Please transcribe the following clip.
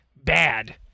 Bad